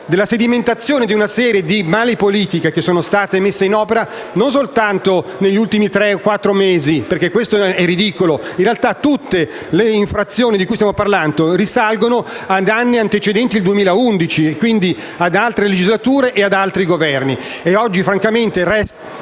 della sedimentazione di una serie di malepolitiche messe in opera non soltanto negli ultimi tre o quattro mesi. Questo è ridicolo perché, in realtà, tutte le infrazioni di cui stiamo parlando risalgono ad anni antecedenti al 2011, quindi ad altre legislature e ad altri Governi.